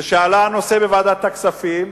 כשהנושא עלה בוועדת הכספים,